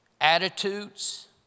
attitudes